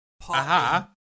Aha